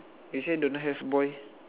you say don't have boy